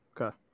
Okay